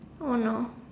oh no